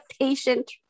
patient